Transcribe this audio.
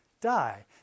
die